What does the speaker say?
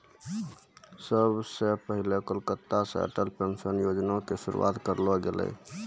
सभ से पहिले कलकत्ता से अटल पेंशन योजना के शुरुआत करलो गेलै